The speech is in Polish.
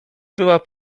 była